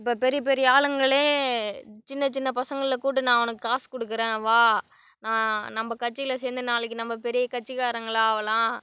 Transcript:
இப்போ பெரிய பெரிய ஆளுங்களே சின்னச் சின்னப் பசங்களை கொடு நான் உனக்கு காசு கொடுக்குறேன் வா ந நம்ப கட்சியில் சேரந்து நாளைக்கு நம்ப பெரிய கட்சிக்காரங்களாக ஆகலாம்